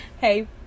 Hey